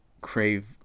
crave